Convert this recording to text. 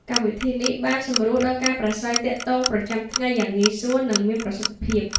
កម្មវិធីនេះបានសម្រួលដល់ការប្រាស្រ័យទាក់ទងប្រចាំថ្ងៃយ៉ាងងាយស្រួល និងមានប្រសិទ្ធភាព។